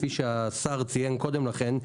כפי שהשר ציין קודם לכן,